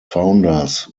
founders